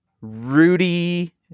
Rudy